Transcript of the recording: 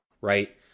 right